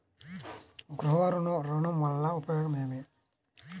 గృహ ఋణం వల్ల ఉపయోగం ఏమి?